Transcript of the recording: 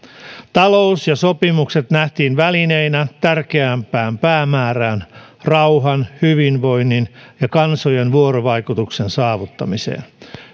talous ja sopimukset nähtiin välineinä tärkeämpään päämäärään rauhan hyvinvoinnin ja kansojen vuorovaikutuksen saavuttamiseen